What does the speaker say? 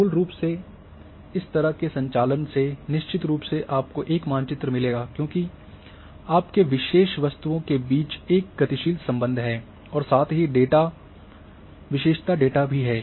मूल रूप से इस तरह के संचालन से निश्चित रूप से आपको एक मानचित्र मिलेगा क्योंकि आपके विशेष वस्तुओं के बीच एक गतिशील सम्बंध और साथ ही विशेषता डेटा भी है